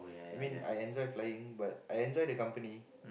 I mean I enjoy flying but I enjoy the company